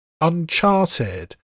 Uncharted